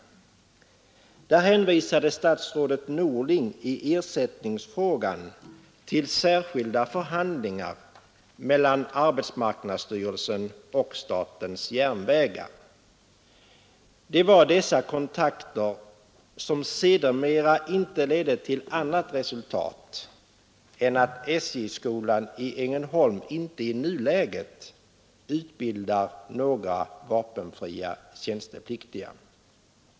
Där hänvisade statsrådet Norling i ersättningsfrågan till särskilda förhandlingar mellan arbetsmarknadsstyrelsen och statens järnvägar. Det var dessa kontakter som sedermera inte ledde till annat resultat än att SJ-skolan i Ängelholm inte i nuläget utbildar några vapenfria tjänstepliktiga.